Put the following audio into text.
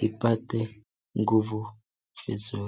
ipate nguvu vizuri.